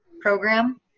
program